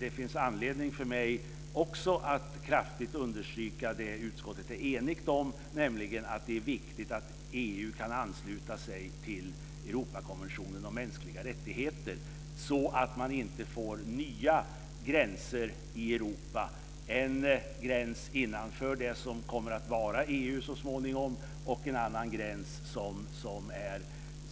Det finns dock anledning för mig att kraftigt understryka det utskottet är enigt om, nämligen att det är viktigt att EU kan ansluta sig till Europakonventionen om mänskliga rättigheter så att vi inte får nya gränser i Europa - en gräns innanför det som kommer att vara EU så småningom och en annan gräns vid det som för närvarande